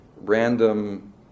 random